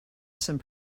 some